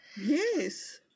Yes